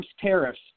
tariffs